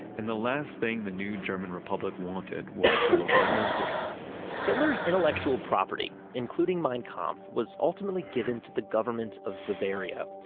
and the last thing the new german republic wanted was to look like nazis hitler's intellectual property, including mein kampf, was ultimately given to the government of bavaria,